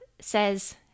says